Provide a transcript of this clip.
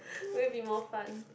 would it be more fun